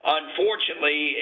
unfortunately